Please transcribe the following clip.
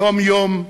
יום-יום,